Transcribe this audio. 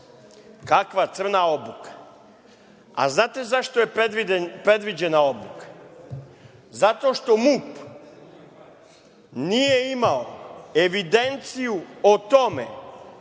kakva crna obuka, a znate zašto je predviđena obuka? Zato što MUP nije imao evidenciju o tome